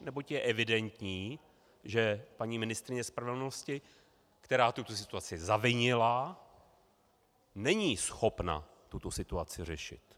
Neboť je evidentní, že paní ministryně spravedlnosti, která tuto situaci zavinila, není schopna tuto situaci řešit.